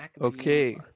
okay